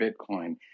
Bitcoin